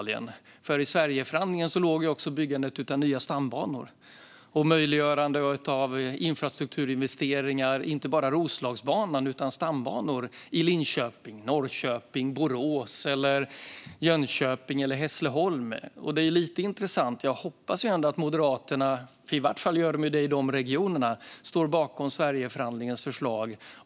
I Sverigeförhandlingen ligger nämligen även byggandet av nya stambanor och att man ska möjliggöra nya infrastrukturinvesteringar. Det gäller inte bara Roslagsbanan utan även stambanor i Linköping, Norrköping, Borås, Jönköping och Hässleholm. Det här är intressant. Jag hoppas att Moderaterna ändå står bakom Sverigeförhandlingens förslag. I varje fall gör moderater det i dessa regionerna.